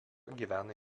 gyvena